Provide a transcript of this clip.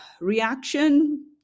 reaction